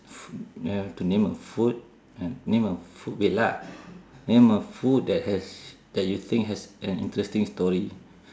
have to name a food and name a wait lah name a food that has that you think has an interesting story